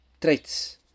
Traits